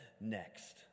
next